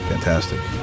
fantastic